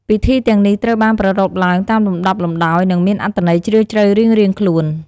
ពិធីទាំងនេះត្រូវបានប្រារព្ធឡើងតាមលំដាប់លំដោយ និងមានអត្ថន័យជ្រាលជ្រៅរៀងៗខ្លួន។